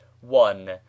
one